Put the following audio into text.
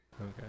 okay